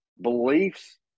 beliefs